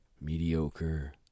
mediocre